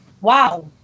wow